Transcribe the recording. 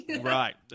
Right